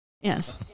yes